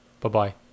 Bye-bye